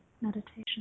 meditation